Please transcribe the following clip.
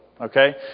Okay